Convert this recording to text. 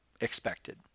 expected